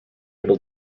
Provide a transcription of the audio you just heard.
able